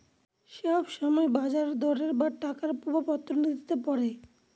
সব সময় বাজার দরের বা টাকার প্রভাব অর্থনীতিতে পড়ে